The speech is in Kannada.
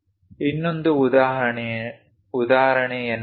ಇನ್ನೊಂದು ಉದಾಹರಣೆಯನ್ನು ನೋಡೋಣ